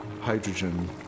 hydrogen